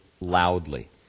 loudly